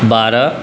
बारह